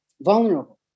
vulnerable